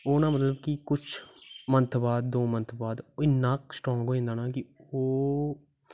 ओह् नां मतलब कि कुछ मंथ बाद दो मंथ बाद इन्ना स्ट्रांग होई जंदा नां ओह्